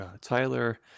Tyler